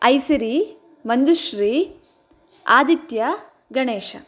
ऐसिरी Manjushree Aditya Ganesh